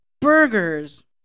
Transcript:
burgers